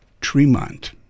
Tremont